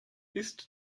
ist